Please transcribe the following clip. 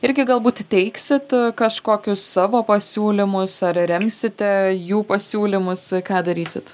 irgi galbūt teiksit kažkokius savo pasiūlymus ar remsite jų pasiūlymus ką darysit